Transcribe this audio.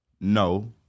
No